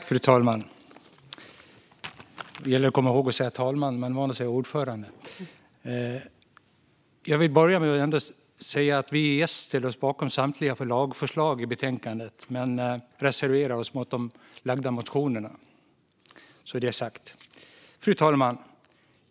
Fru talman! Jag vill börja med att säga att vi i S ställer oss bakom samtliga lagförslag i betänkandet men reserverar oss mot de väckta motionerna. Fru talman!